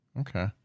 Okay